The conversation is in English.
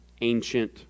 ancient